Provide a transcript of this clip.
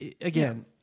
again